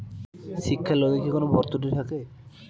শিক্ষার লোনে কি কোনো ভরতুকি থাকে?